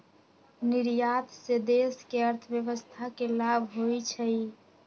निर्यात से देश के अर्थव्यवस्था के लाभ होइ छइ